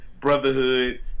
brotherhood